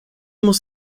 muss